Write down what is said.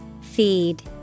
Feed